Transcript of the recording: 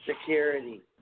Security